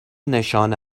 نشانه